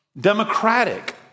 Democratic